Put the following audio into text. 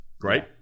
Great